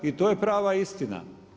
I to je prava istina.